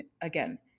again